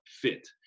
fit